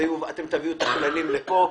אתם תביאו את הכללים לפה.